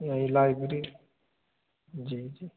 नहीं लाइब्री जी जी